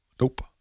Nope